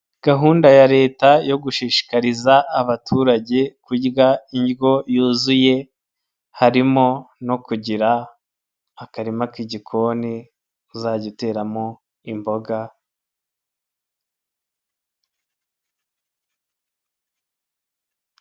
Gahunda ya Leta yo gushishikariza abaturage kurya indyo yuzuye. Harimo no kugira akarima k'igikoni kuzajya uteramo imboga.